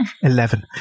Eleven